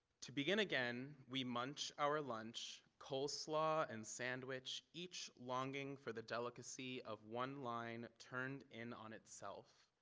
to begin again we munch our lunch coleslaw and sandwich each longing for the delicacy of one line turned in on itself.